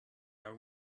are